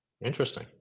interesting